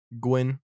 Gwyn